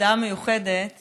בהודעה מיוחדת